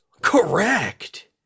Correct